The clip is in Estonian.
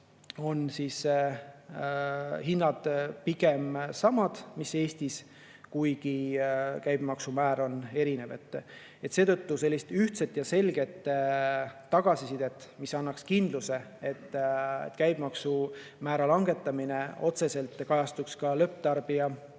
on hinnad pigem samad mis Eestis, kuigi käibemaksumäär on erinev. Seetõttu sellist ühtset ja selget tagasisidet, mis annaks kindluse, et käibemaksumäära langetamine otseselt kajastub lõpptarbijahinnas,